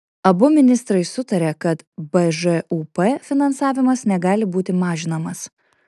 abu ministrai sutarė kad bžūp finansavimas negali būti mažinamas